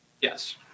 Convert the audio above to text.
Yes